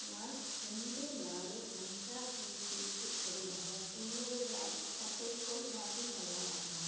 நான் ரெண்டு நாலு மந்த்ரா கிரீன் டீக்கு பதிலாக இன்னொரு பிராண்ட் கத்தரிக்கோல் வாங்கிக் கொள்ளலாமா